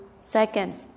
seconds